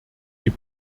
die